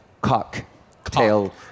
cocktail